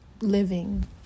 living